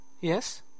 Yes